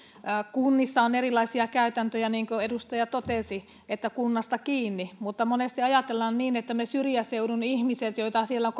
kunnissa on erilaisia käytäntöjä niin kuin edustaja totesi se on kunnasta kiinni mutta monesti ajatellaan meistä syrjäseudun ihmisistä joita on